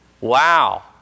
wow